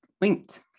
linked